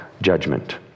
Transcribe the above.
judgment